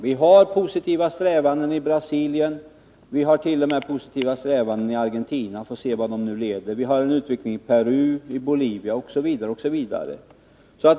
Det pågår positiva strävanden i Brasilien och t.o.m. i Argentina. Vi får se vart de leder. Det pågår en utveckling även i Peru, i Bolivia osv.